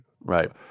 Right